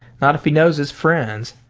not if he knows his friends.